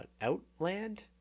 outland